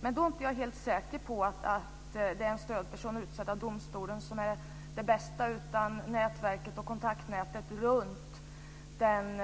Men jag är inte helt säker på att det är en stödperson utsedd av domstolen som är det bästa, utan det är kanske nätverket och kontaktnätet runt den